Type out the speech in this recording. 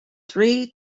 three